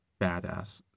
badass